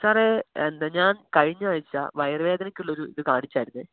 സാറേ എന്താ ഞാൻ കഴിഞ്ഞാഴ്ച വയറ് വേദനയ്ക്കുള്ളൊരു ഇത് കാണിച്ചായിരുന്നു